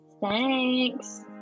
Thanks